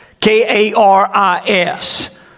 k-a-r-i-s